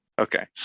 Okay